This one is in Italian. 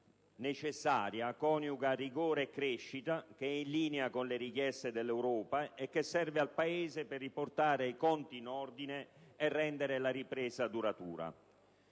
necessaria coniuga rigore e crescita, è in linea con le richieste dell'Europa e serve al Paese per riportare i conti in ordine e rendere la ripresa duratura.